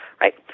right